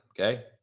Okay